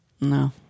No